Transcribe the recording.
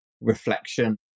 reflection